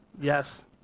Yes